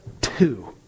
two